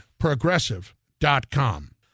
Progressive.com